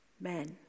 men